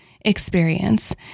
experience